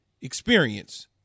experience